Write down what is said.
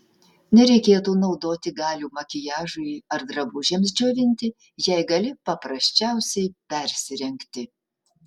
nereikėtų naudoti galių makiažui ar drabužiams džiovinti jei gali paprasčiausiai persirengti